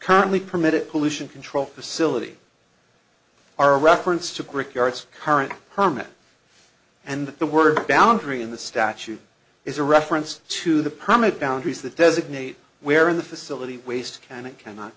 currently permitted pollution control facility are reference to gricar its current permit and the word boundary in the statute is a reference to the permit boundaries that designate where in the facility waste can and cannot